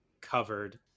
covered